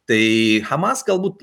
tai hamas galbūt